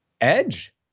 edge